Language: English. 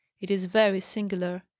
it is very singular.